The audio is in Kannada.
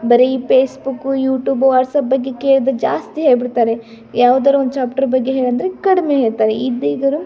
ಬರಿ ಪೇಸ್ಬುಕ್ಕು ಯುಟೂಬು ವಾಟ್ಸಪ್ ಬಗ್ಗೆ ಕೇಳಿದರೆ ಜಾಸ್ತಿ ಹೇಳಿಬಿಡ್ತಾರೆ ಯಾವ್ದಾರು ಒಂದು ಚಾಪ್ಟರ್ ಬಗ್ಗೆ ಹೇಳಂದರೆ ಕಡಿಮೆ ಹೇಳ್ತಾರೆ ಇದು ಇದ್ರ